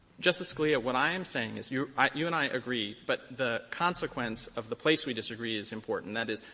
justice scalia, what i am saying is you i you and i agree, but the consequence of the place we disagree is important that is,